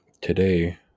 Today